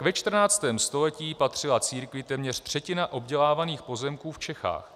Ve 14. století patřila církvi téměř třetina obdělávaných pozemků v Čechách.